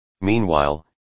Meanwhile